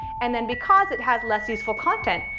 and then because it has less useful content,